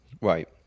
Right